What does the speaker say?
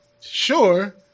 Sure